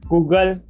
Google